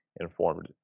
informed